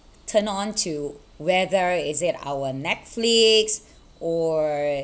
turn on to whether is it our Netflix or